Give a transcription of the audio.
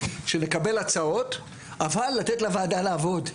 שנקבל הצעות אבל לתת לוועדה לעבוד,